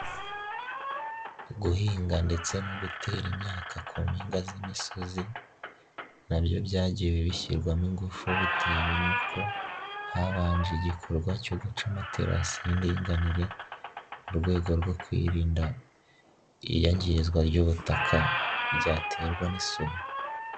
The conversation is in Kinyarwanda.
Guhinga ndetse no gutera imyaka ku mpinga z'imisozi, nabyo byagiye bishyirwamo ingufu bitewe nuko habanje igikorwa cyo guca amaterasi y'indinganire mu rwego rwo kwirinda iyangizwa ry'ubutaka ryaterwa n'isuri.